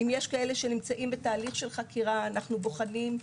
אם יש כאלה שנמצאים בתהליך חקירה, אנו בוחנים.